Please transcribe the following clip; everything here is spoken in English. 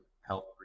help